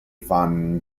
van